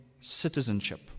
citizenship